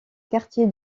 quartier